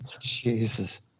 Jesus